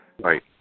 Right